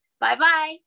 Bye-bye